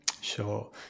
Sure